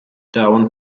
darwin